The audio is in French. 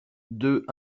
deux